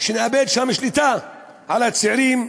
שנאבד שם שליטה על הצעירים,